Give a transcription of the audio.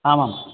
आमाम्